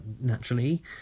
naturally